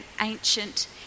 ancient